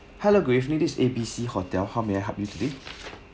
hello good evening this is A B C hotel how may I help you today